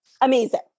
amazing